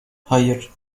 hayır